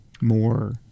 more